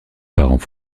parents